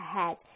ahead